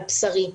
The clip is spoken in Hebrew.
על בשרי.